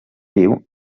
viu